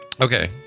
Okay